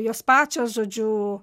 jos pačios žodžiu